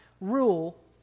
rule